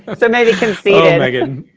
ah so maybe conceded. like and